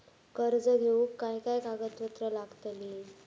कर्ज घेऊक काय काय कागदपत्र लागतली?